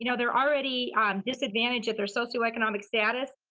you know they're already disadvantaged at their socioeconomic status,